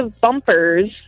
bumpers